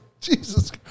Jesus